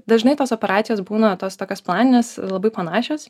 dažnai tos operacijos būna tos tokios planinės labai panašios